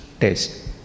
taste